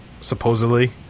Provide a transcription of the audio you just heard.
supposedly